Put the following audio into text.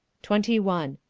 twenty one.